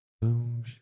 Boom